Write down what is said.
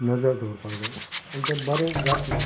नदर दवरपाक जाय आनी तें बरें जातलें